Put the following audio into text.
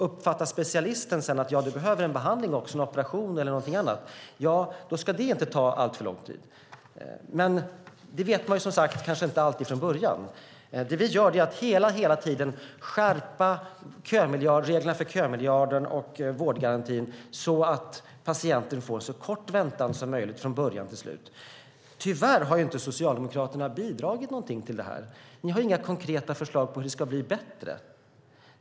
Uppfattar specialisten sedan att du behöver en behandling, en operation eller någonting annat ska det inte ta alltför lång tid. Med det här vet man, som sagt, kanske inte alltid från början. Det vi gör är att vi hela tiden skärper reglerna för kömiljarden och vårdgarantin, så att patienter får en så kort väntan som möjligt från början till slut. Tyvärr har inte Socialdemokraterna bidragit någonting till det här. Ni har inga konkreta förslag på hur det ska bli bättre.